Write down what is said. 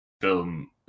film